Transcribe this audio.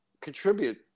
contribute